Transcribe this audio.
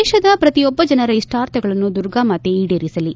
ದೇಶದ ಪ್ರತಿಯೊಬ್ಬ ಜನರ ಇಷ್ಪಾರ್ಥಗಳನ್ನು ದುರ್ಗಾಮಾತೆ ಈಡೇರಿಸಲಿ